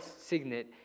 signet